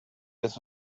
this